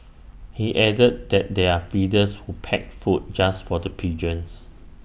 he added that there are feeders who pack food just for the pigeons